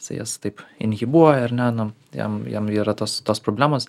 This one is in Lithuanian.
jisai jas taip inhibuoja ar ne nu jam jam yra tos tos problemos